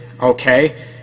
okay